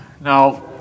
Now